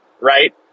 right